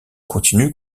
continue